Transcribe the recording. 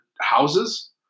houses